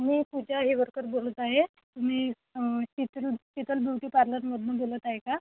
मी पूजा यवरकर बोलत आहे तुम्ही शित शितल ब्युटी पार्लरमधून बोलत आहे का